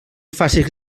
facis